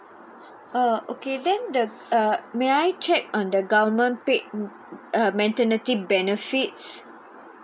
uh okay then the uh may I check on the government paid err maternity benefits